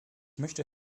möchte